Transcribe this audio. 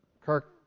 Kirk